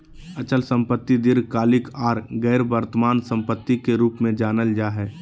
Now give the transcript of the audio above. अचल संपत्ति दीर्घकालिक आर गैर वर्तमान सम्पत्ति के रूप मे जानल जा हय